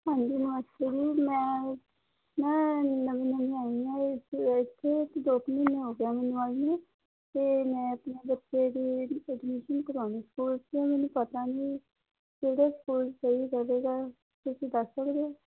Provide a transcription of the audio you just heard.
ਹਾਂਜੀ ਨਮਸਤੇ ਜੀ ਮੈਂ ਮੈਂ ਨਵੀਂ ਨਵੀਂ ਆਈ ਹਾਂ ਇੱਥੇ ਦੋ ਕੁ ਮਹੀਨੇ ਹੋ ਗਏ ਮੈਨੂੰ ਆਈ ਨੂੰ ਅਤੇ ਮੈਂ ਆਪਣੇ ਬੱਚੇ ਦੀ ਐਡਮਿਸ਼ਨ ਕਰਵਾਉਣੀ ਸਕੂਲ 'ਚ ਮੈਨੂੰ ਪਤਾ ਨਹੀਂ ਕਿਹੜੇ ਸਕੂਲ ਸਹੀ ਰਹੇਗਾ ਤੁਸੀਂ ਦੱਸ ਸਕਦੇ ਹੋ